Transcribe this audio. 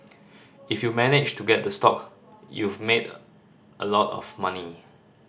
if you managed to get the stock you've made a lot of money